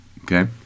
okay